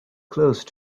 close